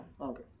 Okay